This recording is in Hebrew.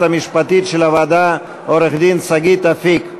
המשפטית של הוועדה עורכת-דין שגית אפיק.